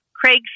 Craig